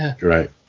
right